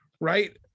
right